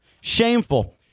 Shameful